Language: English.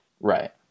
Right